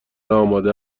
آماده